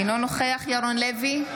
אינו נוכח ירון לוי,